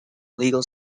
legal